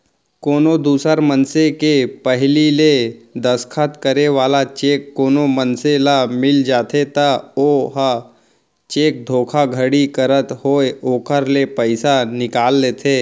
कोनो दूसर मनसे के पहिली ले दस्खत करे वाला चेक कोनो मनसे ल मिल जाथे त ओहा चेक धोखाघड़ी करत होय ओखर ले पइसा निकाल लेथे